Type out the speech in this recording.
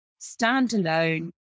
standalone